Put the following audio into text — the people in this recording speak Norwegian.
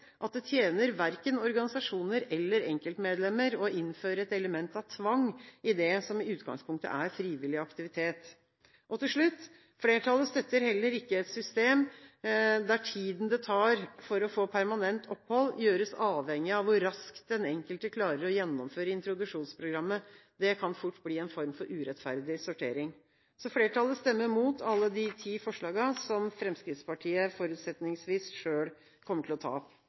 at det tjener verken organisasjoner eller enkeltmedlemmer å innføre et element av tvang i det som i utgangspunktet er frivillig aktivitet. Til slutt: Flertallet støtter heller ikke et system der tiden det tar for å få permanent opphold, gjøres avhengig av hvor raskt den enkelte klarer å gjennomføre introduksjonsprogrammet. Det kan fort bli en form for urettferdig sortering. Flertallet stemmer mot alle de ti forslagene, som Fremskrittspartiet forutsetningsvis selv kommer til å ta opp.